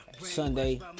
Sunday